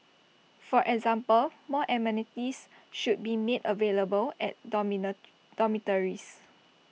for example more amenities should be made available at dormitories